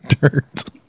dirt